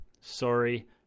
Sorry